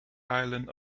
island